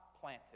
planted